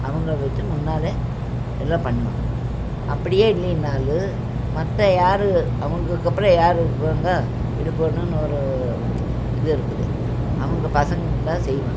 அவங்கள வச்சு முன்னால் எல்லாம் பண்ணுவாங்க அப்படியே இல்லைனாலும் மற்ற யார் அவங்களுக்கு அப்புறோம் யார் இருப்பாங்கோ இருக்கணுன்னு ஒரு இது இருக்குது அவங்க பசங்கள் இருந்தால் செய்வாங்க